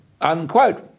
unquote